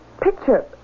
picture